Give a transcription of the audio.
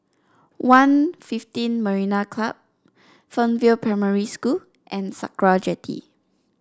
one fifteen Marina Club Fernvale Primary School and Sakra Jetty